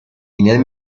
nel